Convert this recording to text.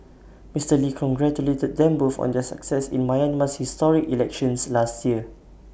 Mister lee congratulated them both on their success in Myanmar's historic elections last year